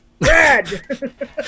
Red